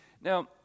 Now